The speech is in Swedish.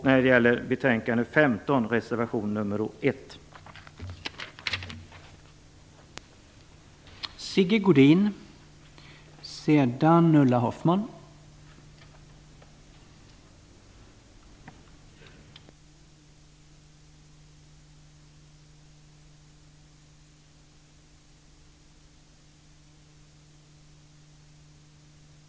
När det gäller betänkande SfU15 vill jag yrka bifall till reservation nr 1.